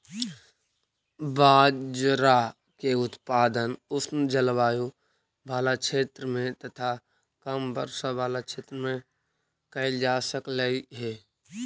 बाजरा के उत्पादन उष्ण जलवायु बला क्षेत्र में तथा कम वर्षा बला क्षेत्र में कयल जा सकलई हे